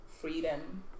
freedom